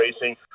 Racing